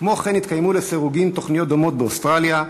כמו כן התקיימו לסירוגין תוכניות דומות באוסטרליה,